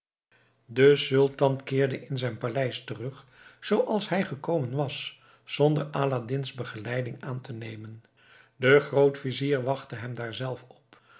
de sultan keerde in zijn paleis terug zooals hij gekomen was zonder aladdin's begeleiding aan te nemen de grootvizier wachtte hem daar zelf op